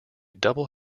double